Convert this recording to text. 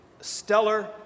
Stellar